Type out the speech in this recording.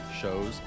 shows